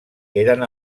eren